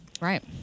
Right